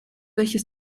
welches